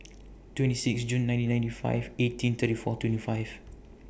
twenty six June nineteen ninety five eighteen thirty four twenty five